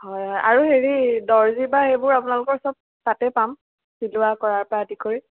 হয় হয় আৰু হেৰি দৰ্জী বা সেইবোৰ আপোনালোকৰ চব তাতে পাম চিলোৱা কৰাৰ পৰা আদি কৰি